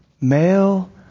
Male